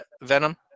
Venom